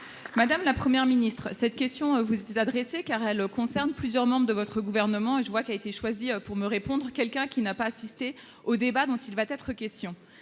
Madame la première ministre, cette question vous étiez adresser car elle concerne plusieurs membres de votre gouvernement et je vois qu'il a été choisi pour me répondre, quelqu'un qui n'a pas assisté au débat dont il va être question,